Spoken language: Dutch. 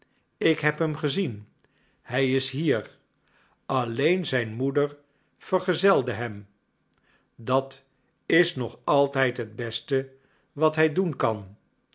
ik heb hem gezien hij is hier alleen zijn moeder vergezelde hem dat is nog altijd het beste wat hij doen kan